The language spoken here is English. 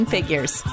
Figures